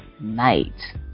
night